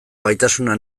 gaitasuna